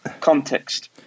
context